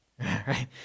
right